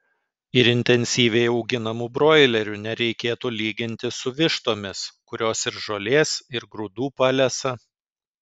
ir intensyviai auginamų broilerių nereikėtų lyginti su vištomis kurios ir žolės ir grūdų palesa